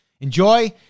enjoy